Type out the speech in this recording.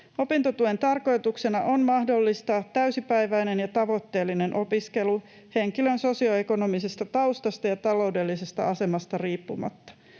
Opintotuen tarkoituksena on mahdollistaa täysipäiväinen ja tavoitteellinen opiskelu henkilön sosioekonomisesta taustasta ja taloudellisesta asemasta riippumatta.